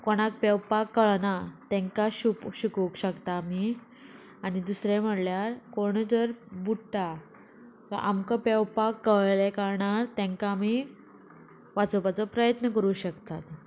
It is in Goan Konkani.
कोणाक पेंवपाक कळना तेंकां शिपो शिकोक शकता आमी आनी दुसरें म्हणल्यार कोणूय जर बुडटा आमकां पेंवपाक कळळें कारणान तेंकां आमी वाचोवपाचो प्रयत्न करूं शकतात